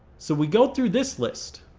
so we go through this list.